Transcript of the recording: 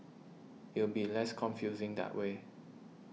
it'll be less confusing that way